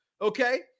Okay